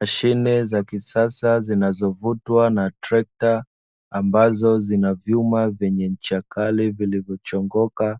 Mashine za kiasa zinazo vutwa na trekta ambazo zina vyuma vyenye ncha kali vilivyochongoka,